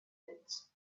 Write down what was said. pits